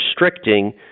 restricting